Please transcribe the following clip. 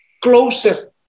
closer